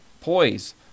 Poise